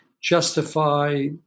justify